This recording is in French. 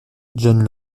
john